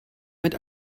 mit